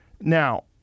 Now